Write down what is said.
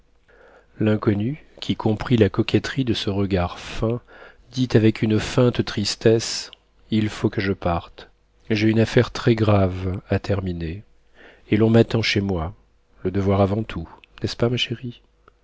l'inconnu qui comprit la coquetterie de ce regard fin dit avec une feinte tristesse il faut que je parte j'ai une affaire très grave à terminer et l'on m'attend chez moi le devoir avant tout n'est-ce pas ma chérie